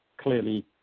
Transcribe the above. clearly